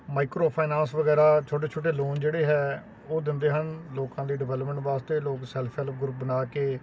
microfinance ਵਗੈਰਾ ਛੋਟੇ ਛੋਟੇ ਲੋਨ ਜਿਹੜੇ ਹੈ ਉਹ ਦਿੰਦੇ ਹਨ ਲੋਕਾਂ ਦੀ ਡਿਵੈਲਪਮੈਂਟ ਵਾਸਤੇ ਲੋਕ ਸੈਲਫ ਹੈਲਪ ਗਰੁੱਪ ਬਣਾ ਕੇ